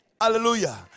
Hallelujah